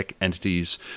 entities